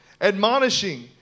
admonishing